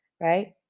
right